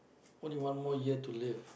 only one more year to live